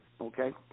Okay